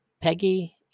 Peggy